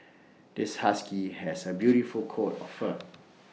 this husky has A beautiful coat of fur